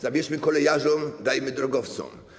Zabierzmy kolejarzom, dajmy drogowcom.